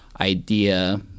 idea